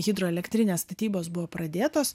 hidroelektrinės statybos buvo pradėtos